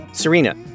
Serena